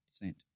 descent